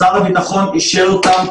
שר הביטחון אישר אותם,